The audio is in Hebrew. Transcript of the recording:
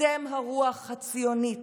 אתם הרוח הציונית.